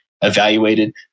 evaluated